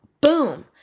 boom